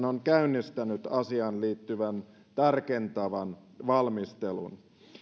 on käynnistänyt asiaan liittyvän tarkentavan valmistelun